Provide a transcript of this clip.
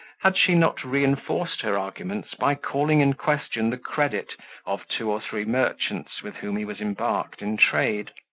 had she not reinforced her arguments, by calling in question the credit of two or three merchants, with whom he was embarked in trade.